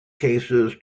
cases